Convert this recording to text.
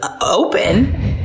open